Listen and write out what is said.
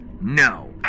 No